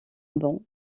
banc